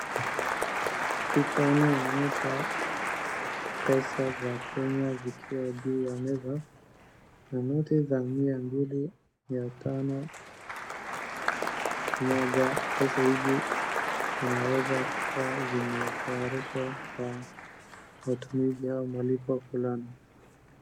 Picha inayoonyesha pesa za Kenya zikiwa juu ya meza, ni noti za mia mbili, mia tano, moja, sasa hizi zinawezakua zimetayarishwa kwa matumizi au malipo fulani.